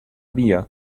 بیا